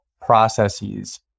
processes